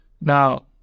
Now